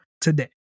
today